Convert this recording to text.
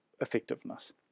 effectiveness